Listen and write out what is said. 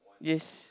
yes